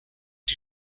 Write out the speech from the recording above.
die